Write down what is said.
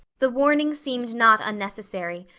the warning seemed not unnecessary,